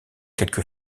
quelque